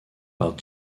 par